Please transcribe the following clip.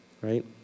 Right